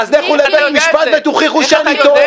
אז לכו לבית המשפט ותוכיחו שאני טועה.